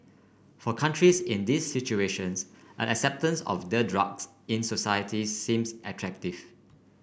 for countries in these situations an acceptance of the drugs in societies seems attractive